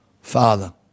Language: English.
Father